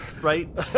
Right